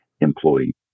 employee